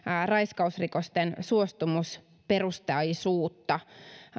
raiskausrikosten suostumusperustaisuutta